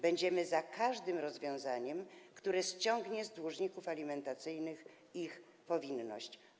Będziemy za każdym rozwiązaniem, które ściągnie z dłużników alimentacyjnych ich powinność.